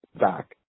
back